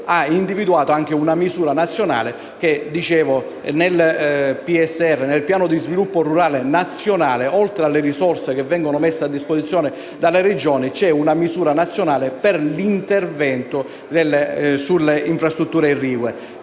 individuata anche una misura nazionale nel programma nazionale di sviluppo rurale: oltre alle risorse che vengono messe a disposizione dalle Regioni, c’è una misura nazionale per l’intervento sulle infrastrutture irrigue.